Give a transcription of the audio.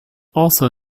also